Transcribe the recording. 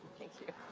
thank you.